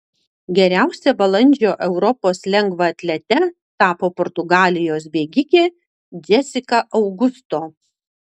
geriausia balandžio europos lengvaatlete tapo portugalijos bėgikė džesika augusto